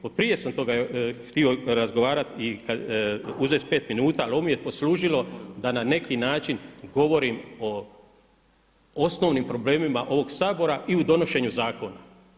Prije toga sam htio razgovarati i uzeti pet minuta, ali ovo mi je poslužilo da na neki način govorim osnovnim problemima ovoga Sabora i u donošenju zakona.